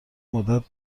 مدت